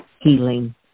healing